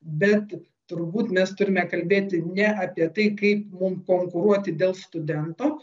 bet turbūt mes turime kalbėti ne apie tai kaip mum konkuruoti dėl studento